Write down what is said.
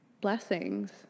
blessings